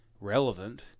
relevant